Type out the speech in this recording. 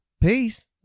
Peace